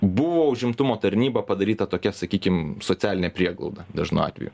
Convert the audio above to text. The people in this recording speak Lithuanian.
buvo užimtumo tarnyba padaryta tokia sakykim socialinė prieglauda dažnu atveju